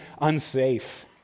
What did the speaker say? unsafe